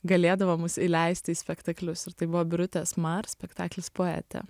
galėdavo mus įleisti į spektaklius ir tai buvo birutės mar spektaklis poetė